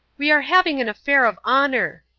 we are having an affair of honour,